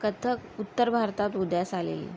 कथक उत्तर भारतात उदयास आलेली